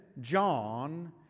John